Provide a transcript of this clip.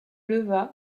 leva